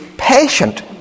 patient